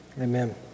Amen